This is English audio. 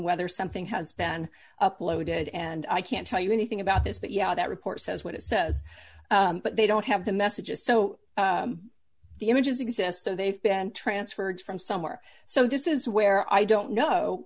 whether something has been uploaded and i can't tell you anything about this but yeah that report says what it says but they don't have the messages so the images exist so they've been transferred from somewhere so this is where i don't know